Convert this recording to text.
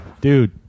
Dude